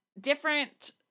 different